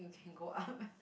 you can go up